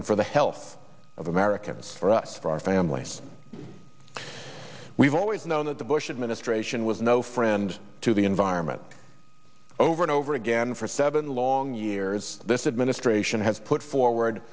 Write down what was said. and for the health of americans for us for our families we've always known that the bush administration was no friend to the environment over and over again for seven long years this administration has put forward